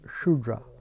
Shudra